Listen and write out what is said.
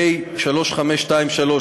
פ/3523,